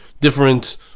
different